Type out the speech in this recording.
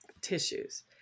tissues